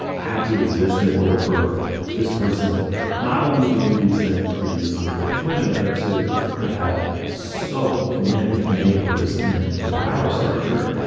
had to exist in order for this person not only to do these things to these underage women, but to have had so many enablers in the power structure.